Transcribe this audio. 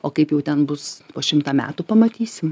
o kaip jau ten bus po šimtą metų pamatysim